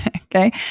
Okay